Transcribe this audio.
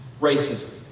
racism